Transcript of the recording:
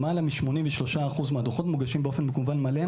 למעלה מ-83% מהדוחות מוגשים באופן מקוון מלא,